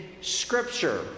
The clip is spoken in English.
scripture